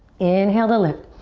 inhale to lift.